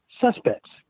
suspects